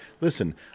Listen